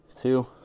two